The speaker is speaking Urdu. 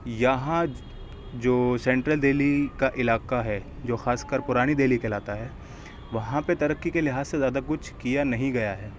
یہاں جو سینٹرل دہلی کا علاقہ ہے جو خاص کر پرانی دہلی کہلاتا ہے وہاں پہ ترقی کے لحاظ سے زیادہ کچھ کیا نہیں گیا ہے